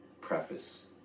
preface